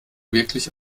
wirklich